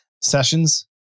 sessions